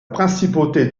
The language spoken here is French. principauté